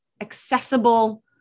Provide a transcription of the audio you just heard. accessible